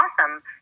awesome